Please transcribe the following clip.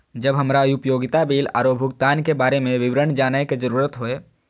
जब हमरा उपयोगिता बिल आरो भुगतान के बारे में विवरण जानय के जरुरत होय?